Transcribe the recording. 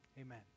Amen